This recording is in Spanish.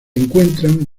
encuentran